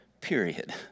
period